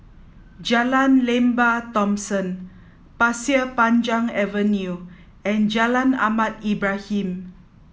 Jalan Lembah Thomson Pasir Panjang Avenue and Jalan Ahmad Ibrahim